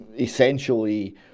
essentially